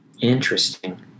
Interesting